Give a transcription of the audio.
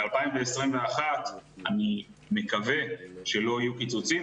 ב-2021 אני מקווה שלא יהיו פיצוצים,